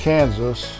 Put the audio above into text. Kansas